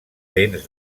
dents